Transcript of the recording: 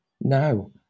no